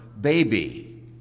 baby